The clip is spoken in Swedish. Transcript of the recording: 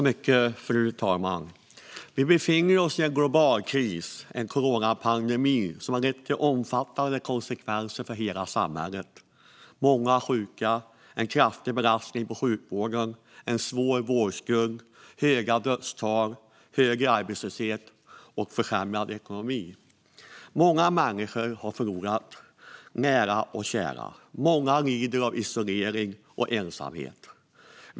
Fru talman! Vi befinner oss i en global kris, en coronapandemi, som har lett till omfattande konsekvenser för hela samhället - många sjuka, en kraftig belastning på sjukvården, en svår vårdskuld, höga dödstal, högre arbetslöshet och försämrad ekonomi. Många människor har förlorat nära och kära. Många lider av isolering och ensamhet.